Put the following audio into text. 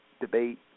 debate